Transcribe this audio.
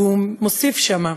והוא מוסיף שם: